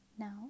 Now